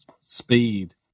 speed